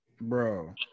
bro